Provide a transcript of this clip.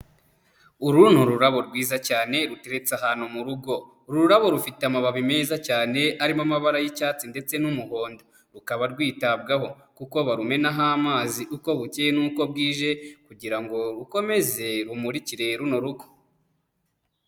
Uru ni ururabo rwiza cyane ruteretse ahantu mu rugo. Uru rurabo rufite amababi meza cyane arimo amabara y'icyatsi ndetse n'umuhondo, rukaba rwitabwaho kuko barumenaho amazi uko bukiye n'uko bwije kugira ngo rukomeze rumurikire runo urugo.